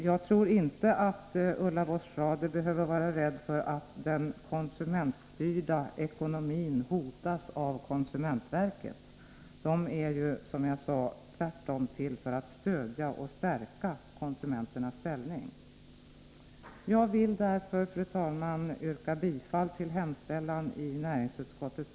Jag tror inte att Ulla Voss-Schrader behöver vara rädd för att den konsumentstyrda ekonomin hotas av konsumentverket. Nr 57 Verket är ju, som jag sade, tvärtom till för att stödja och stärka Onsdagen den konsumenternas ställning. 11 januari 1984 Jag vill därför, fru talman, yrka bifall till hemställan i näringsutskottets